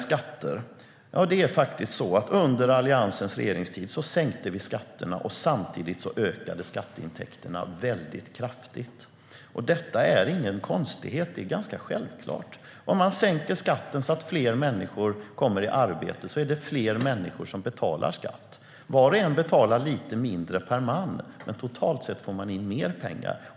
Under Alliansens regeringstid sänkte vi skatterna, och samtidigt ökade skatteintäkterna kraftigt. Det är ingen konstighet; det är ganska självklart. Om man sänker skatten så att fler människor kommer i arbete är det fler människor som betalar skatt. Var och en betalar lite mindre per man, men totalt sett får man in mer pengar.